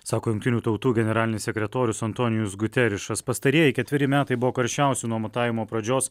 sako jungtinių tautų generalinis sekretorius antonijus guterišas pastarieji ketveri metai buvo karščiausi nuo matavimo pradžios